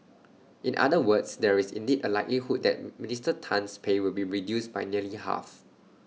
in other words there is indeed A likelihood that Minister Tan's pay will be reduced by nearly half